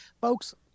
Folks